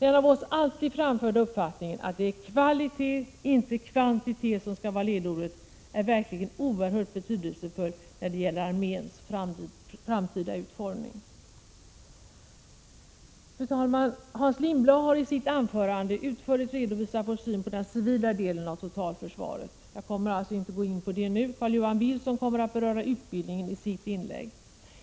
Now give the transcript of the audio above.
Den av oss alltid framförda uppfattningen att det är kvalitet, inte kvantitet, som skall vara ledordet är verkligen oerhört betydelsefull när det gäller arméns framtida utformning. Fru talman! Hans Lindblad har i sitt anförande utförligt redovisat vår syn på den civila delen av totalförsvaret. Jag kommer således inte att gå in på det nu. Carl-Johan Wilson kommer att beröra utbildningen i sitt inlägg.